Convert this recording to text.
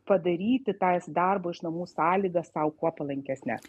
padaryti tas darbo iš namų sąlygas sau kuo palankesnes